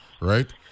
right